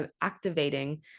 activating